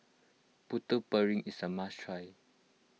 Putu Piring is a must try